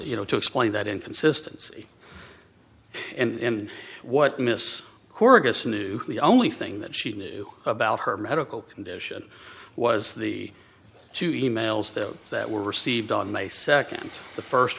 you know to explain that inconsistency and what miss choragus knew the only thing that she knew about her medical condition was the two e mails that that were received on may second the first